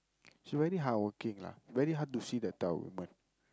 she very hardworking lah very hard to see that type of woman